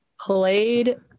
Played